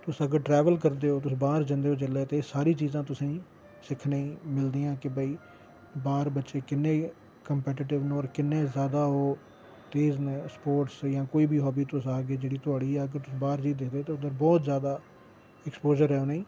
तुस अगर ट्रैवल करदे ओ तुस बाहर जंदे ओ जेल्लै ते एह् सारी चीज़ां तुसेंगी सिक्खने गी मिलदियां कि भई बाह्र बच्चे किन्ने कम्पेटेटिव न होर किन्ने ज़्यादा ओह् तेज़ न स्पोर्टस जां कोई बी हाबी तुस आखगे जेह्ड़ी थुआढ़ी जेह्ड़ी तुस बाहर जाइऐ दिक्खगे उद्धर बाहर जादा ऐक्सपोज़र ऐ उनेंगी